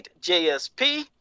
JSP